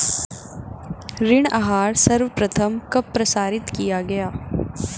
ऋण आहार सर्वप्रथम कब प्रसारित किया गया?